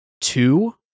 two